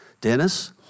Dennis